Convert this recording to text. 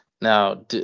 Now